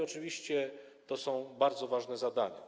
Oczywiście to są bardzo ważne zadania.